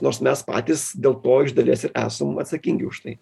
nors mes patys dėl to iš dalies ir esam atsakingi už tai